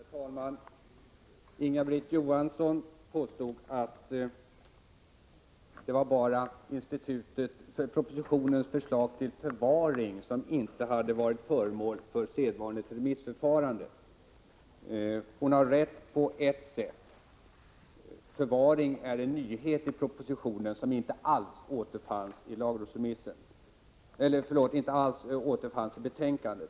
Herr talman! Inga-Britt Johansson påstod att det bara var propositionsförslaget om förvaring som inte hade varit föremål för sedvanligt remissförfarande. Hon har rätt på ett sätt. Förvaring är en nyhet i propositionen som inte alls återfinns i konsumenttjänstutredningens betänkande.